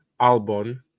Albon